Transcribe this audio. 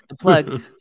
plug